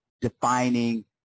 defining